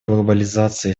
глобализации